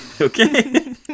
Okay